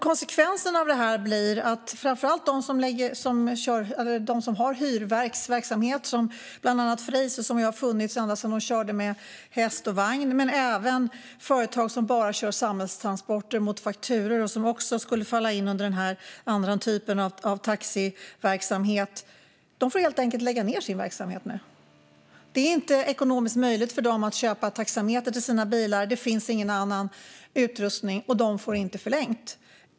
Konsekvensen av detta blir att framför allt de som har hyrverksverksamhet, bland annat Freys Hyrverk, som har funnits ända sedan de körde med häst och vagn, men även företag som bara kör samhällstransporter mot fakturor och som också skulle falla in under den här andra typen av taxiverksamhet helt enkelt får lägga ned sin verksamhet nu. Det är inte ekonomiskt möjligt för dem att köpa taxametrar till sina bilar. Det finns ingen annan utrustning, och de får inte förlängt.